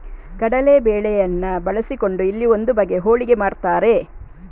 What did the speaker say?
ಕಡಲೇ ಬೇಳೆಯನ್ನ ಬಳಸಿಕೊಂಡು ಇಲ್ಲಿ ಒಂದು ಬಗೆಯ ಹೋಳಿಗೆ ಮಾಡ್ತಾರೆ